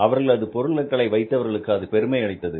அவர்களது பொருட்களை வைத்தவர்களுக்கு அது பெருமை அளித்தது